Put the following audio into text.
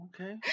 okay